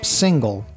single